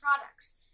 products